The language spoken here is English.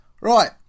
Right